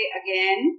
again